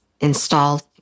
Installed